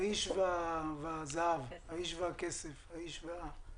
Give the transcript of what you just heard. האיש והכסף, בבקשה.